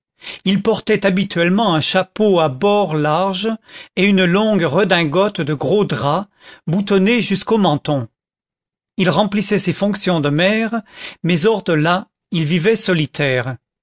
il portait habituellement un chapeau à bords larges et une longue redingote de gros drap boutonnée jusqu'au menton il remplissait ses fonctions de maire mais hors de là il vivait solitaire